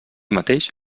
mateix